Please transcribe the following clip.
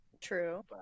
True